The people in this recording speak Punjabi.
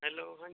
ਹੈਲੋ ਹਾ